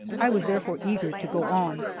i was therefore eager to go on.